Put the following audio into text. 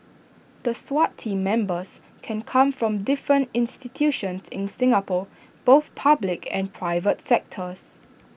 the Swat Team Members can come from different institutions in Singapore both public and private sectors